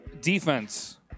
defense